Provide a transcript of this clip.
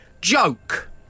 Joke